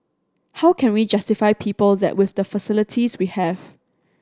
how can we justify people that with the facilities we have